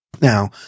Now